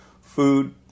food